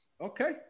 Okay